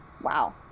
wow